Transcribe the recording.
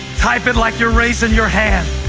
type it like you're raising your hand.